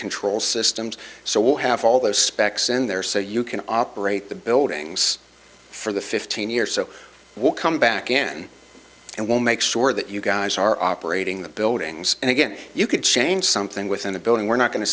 control systems so we'll have all those specs in there so you can operate the buildings for the fifteen years so we'll come back again and we'll make sure that you guys are operating the buildings and again you could change something within the building we're not going to